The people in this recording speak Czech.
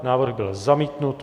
Návrh byl zamítnut.